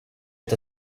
est